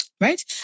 right